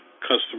customer